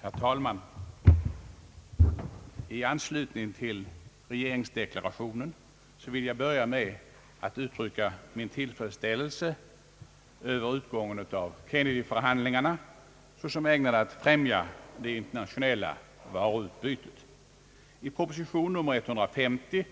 Herr talman! I anslutning till regeringsdeklarationen vill jag börja med att uttrycka min tillfredsställelse över utgången av Kennedyförhandlingarna, såsom ägnad att främja det internationella varuutbytet. I proposition nr 150